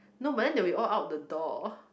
no but then that we all out the door